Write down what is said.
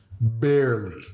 Barely